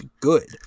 good